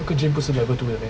那个 gym 不是 level two 的 meh